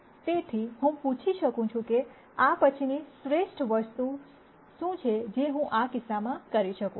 તેથી હું પૂછી શકું છું કે આ પછીની શ્રેષ્ઠ વસ્તુ શું છે જે હું આ કિસ્સામાં કરી શકું